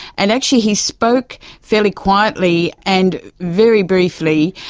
and actually he spoke fairly quietly and very briefly.